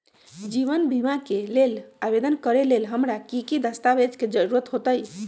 जीवन बीमा के लेल आवेदन करे लेल हमरा की की दस्तावेज के जरूरत होतई?